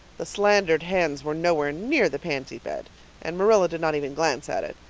the slandered hens were nowhere near the pansy bed and marilla did not even glance at it.